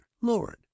Lord